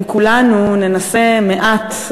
אם כולנו ננסה מעט,